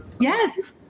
Yes